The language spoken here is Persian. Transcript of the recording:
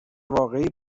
واقعی